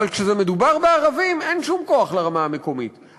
אבל כשמדובר בערבים, אין שום כוח לרמה המקומית.